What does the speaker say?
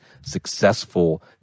successful